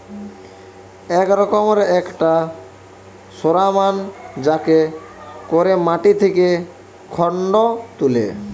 এক রকমের একটা সরঞ্জাম যাতে কোরে মাটি থিকে খড় তুলে